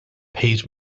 paid